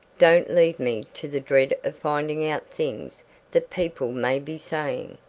don't leave me to the dread of finding out things that people may be saying.